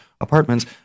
apartments